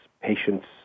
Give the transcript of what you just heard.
patients